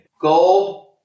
Gold